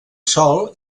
sol